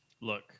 Look